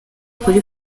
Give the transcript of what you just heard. kuri